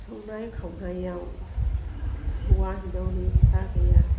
संनाय खावनायाव हौवा हिन्जावनि खोथा गैया